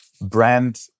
brand